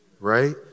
right